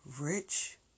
rich